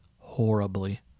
horribly